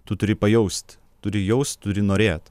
tu turi pajaust turi jausi turi norėt